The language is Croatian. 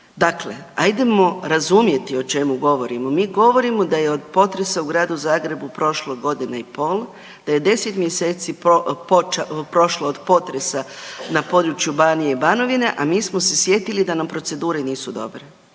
Dakle, ajdemo razumjeti o čemu govorimo. Mi govorimo da je od potresa u gradu Zagrebu prošla godina i pol, da je 10 mjeseci prošlo od potresa na području Banije i Banovine, a mi smo se sjetili da nam procedure nisu dobre.